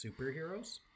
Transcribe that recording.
superheroes